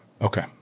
Okay